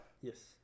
Yes